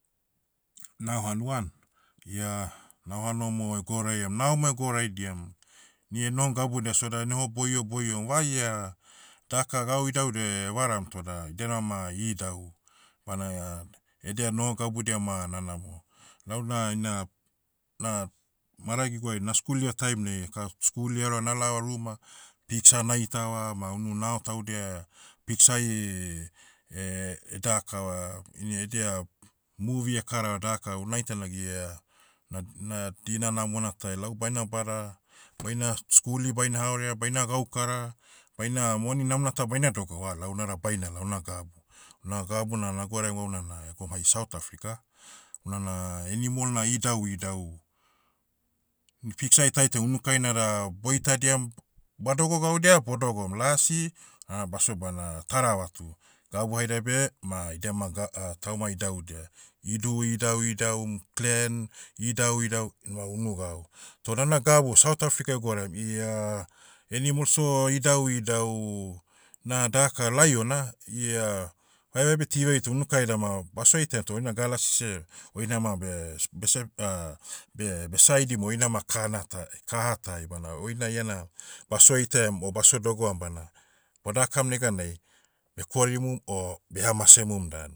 Nao hanua an. Ia, nao hanua mo egouraiam nao mo egouraidiam. Ni enohom gabudia soda enoho boio boiom vaia, daka gau idaudau evaram toda idianama idau. Bana, edia noho gabudia ma nanamo. Launa ina, na- maragiguai naskuliva taiminai eka, skuli eore nalaova ruma, piksa naitava ma unu nao taudia, piksai, edakava, ini edia, movie ekarava daka unaita nag ia, na- na, dina namona tai lau baina bada, baina, skuli baina haorea baina gaukara, baina moni namona ta baina dogoa vad launada bainala houna gabu. Una gabu na nagwauraiam gauna na egoum hai south africa. Unana, animal na idauidau. Ni piksai taitam unukai nada, boitadiam, badogo gaudia bodogom lasi, baso bana, taravatu. Gabu haidiai beh, ma idia ma ga- tauma idaudia. Iduhu idauidaum, clan, idauidau, na unu gau. Toda na gabu south africa egouraim, ia, animal so, idauidau. Na daka lion ah, ia, vaevae beh tiviai toh unukai dama, basoitaiam toh oina galasi seh, oinama beh s- bese- beh- besaidimu oinama kahana ta- kaha tai bana oina iana, baso itaiam o baso dogoam bana, bodakam neganai, bekorimum o, beha masemum danu.